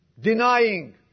denying